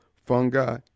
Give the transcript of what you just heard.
fungi